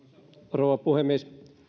rouva puhemies